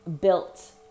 built